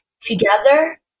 together